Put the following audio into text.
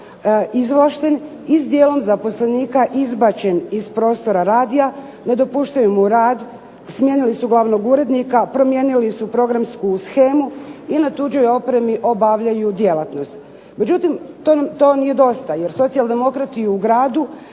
izvlašten i s dijelom zaposlenika izbačen iz prostorija radija. Ne dopuštaju mu rad, smijenili su glavnog urednika, promijenili su programsku shemu i na tuđoj opremi obavljaju djelatnost. Međutim, to nije dosta jer socijaldemokrati u gradu